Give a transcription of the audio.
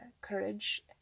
courage